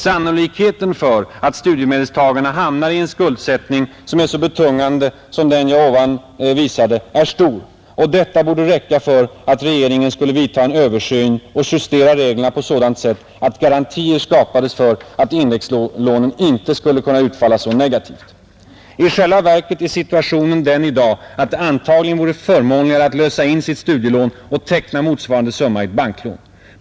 Sannolikheten för att studiemedelstagarna hamnar i skuldsättning som är så betungande som den jag nyss talade om är stor, och detta borde räcka för att regeringen skulle vidta en översyn och justera reglerna på sådant sätt att garantier skapades för att indexlånen inte skulle kunna utfalla så negativt. I själva verket är situationen den i dag att det antagligen vore förmånligare att lösa in sitt studielån och teckna en motsvarande summa i banklån.